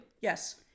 Yes